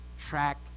track